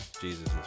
Jesus